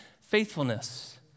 faithfulness